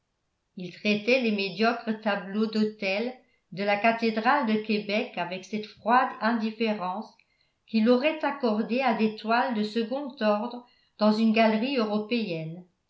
il traitait les médiocres tableaux d'autels de la cathédrale de québec avec cette froide indifférence qu'il aurait accordée à des toiles de second ordre dans une galerie européenne